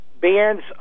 bands